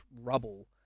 Rubble